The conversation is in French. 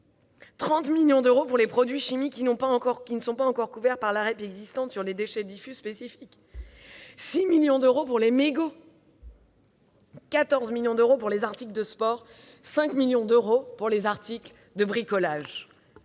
10 millions d'euros ; pour les produits chimiques non encore couverts par la REP existante sur les déchets diffus spécifiques, 30 millions d'euros ; pour les mégots, 6 millions d'euros ; pour les articles de sport, 14 millions d'euros ; pour les articles de bricolage,